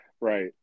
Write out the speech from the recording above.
Right